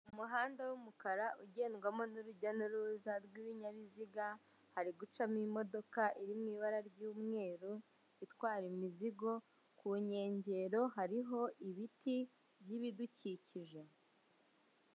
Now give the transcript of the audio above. Umuhanda w'umukara ugendwamo n'urujya n'uruza rw'ibinyabiziga, hari gucamo imodoka iri mu ibara ry'umweru, itwara imizigo, ku nkengero hariho ibiti by'ibidukikije.